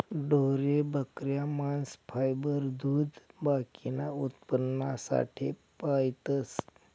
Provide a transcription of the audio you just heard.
ढोरे, बकऱ्या, मांस, फायबर, दूध बाकीना उत्पन्नासाठे पायतस